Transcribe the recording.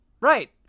right